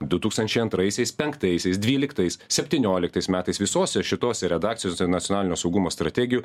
du tūkstančiai antraisiais penktaisiais dvyliktais septynioliktais metais visose šitose redakcijos nacionalinio saugumo strategijų